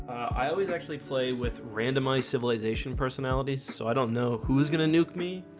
i always actually play with randomized civilization personalities. so i don't know who's gonna nuke me